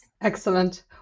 Excellent